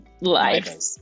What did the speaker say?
Life